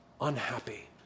unhappy